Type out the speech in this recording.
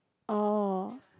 oh